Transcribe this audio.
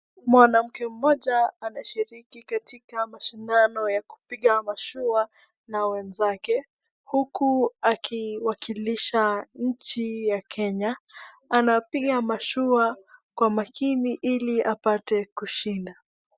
Mwanamke mmoja anashirika katika mashindano ya kupiga mashua na wenzake huku wakiwakilisha nchi ya Kenya. Anapiga mashua kwa makini ili apate kushinda